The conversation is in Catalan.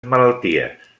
malalties